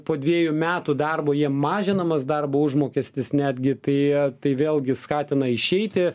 po dviejų metų darbo jiem mažinamas darbo užmokestis netgi tai tai vėlgi skatina išeiti